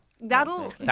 That'll